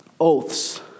Oaths